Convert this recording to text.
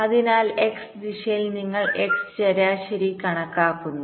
അതിനാൽ x ദിശയിൽ നിങ്ങൾ x ശരാശരി കണക്കാക്കുന്നു